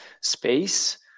space